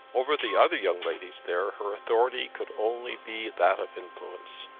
over the other young ladies there her authority could only be that of influence,